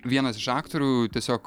vienas iš aktorių tiesiog